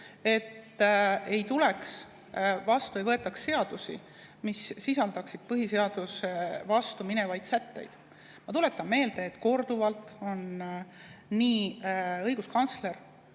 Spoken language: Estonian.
et ei võetaks vastu seadusi, mis sisaldaksid põhiseadusega vastu[ollu] minevaid sätteid. Ma tuletan meelde, et korduvalt on nii õiguskantsler